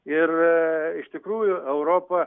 ir iš tikrųjų europa